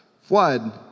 Flood